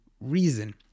reason